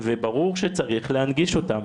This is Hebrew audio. וברור שצריך להנגיש אותם.